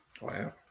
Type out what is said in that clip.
Wow